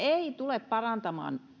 tule parantamaan